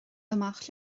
amach